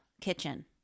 kitchen